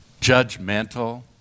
judgmental